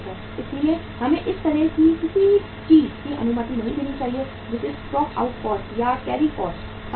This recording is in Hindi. इसलिए हमें उस तरह की किसी चीज की अनुमति नहीं देनी चाहिए जिसे स्टॉक आउट कॉस्ट और कैरी कॉस्ट कहा जाता है